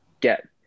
get